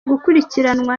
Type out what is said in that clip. gukurikiranwa